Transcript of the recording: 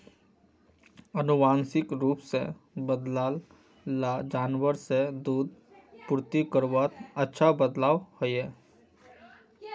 आनुवांशिक रूप से बद्लाल ला जानवर से दूध पूर्ति करवात अच्छा बदलाव होइए